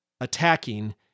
attacking